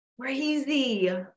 crazy